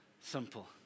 simple